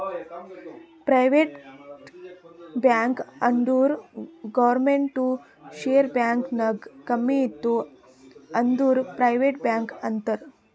private bank ಅಂದುರ್ ಗೌರ್ಮೆಂಟ್ದು share bank ನಾಗ್ ಕಮ್ಮಿ ಇತ್ತು ಅಂದುರ್ ಪ್ರೈವೇಟ್ ಬ್ಯಾಂಕ್ ಅಂತಾರ್